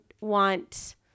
want